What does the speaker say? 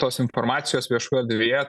tos informacijos viešoj erdvėje